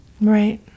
Right